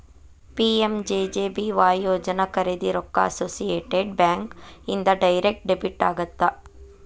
PMJJBY ಯೋಜನಾ ಖರೇದಿ ರೊಕ್ಕ ಅಸೋಸಿಯೇಟೆಡ್ ಬ್ಯಾಂಕ್ ಇಂದ ಡೈರೆಕ್ಟ್ ಡೆಬಿಟ್ ಆಗತ್ತ